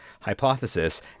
hypothesis